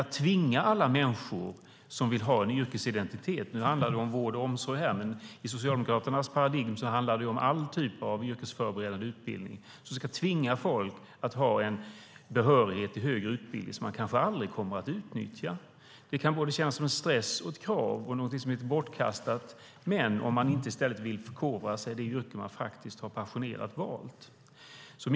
Att tvinga alla människor som vill ha en yrkesidentitet - nu handlar det om vård och omsorg, men i Socialdemokraternas paradigm handlar det om all typ av yrkesförberedande utbildning - till att ha behörighet till högre utbildning, som de kanske aldrig kommer att utnyttja, kan kännas som både stressande och som ett krav och någonting bortkastat - om man inte i stället vill förkovra sig i det yrke man faktiskt passionerat har valt.